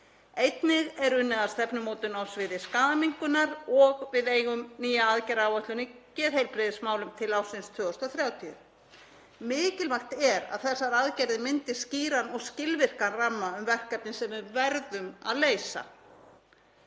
Einnig er unnið að stefnumótun á sviði skaðaminnkunar og við eigum nýja aðgerðaáætlun í geðheilbrigðismálum til ársins 2030. Mikilvægt er að þessar aðgerðir myndi skýran og skilvirkan ramma um verkefni sem við verðum að leysa.